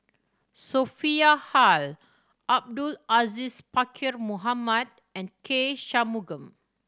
Sophia Hull Abdul Aziz Pakkeer Mohamed and K Shanmugam